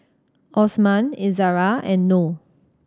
Osman Izara and Noh